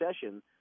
session